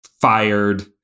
fired